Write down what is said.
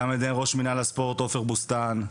גם מראש מינהל הספורט, עופר בוסתן.